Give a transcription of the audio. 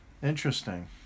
Interesting